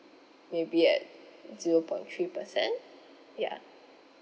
maybe at zero point three percent ya